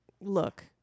look